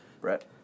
Brett